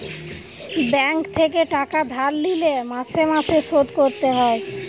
bank থেকে টাকা ধার লিলে মাসে মাসে শোধ করতে হয়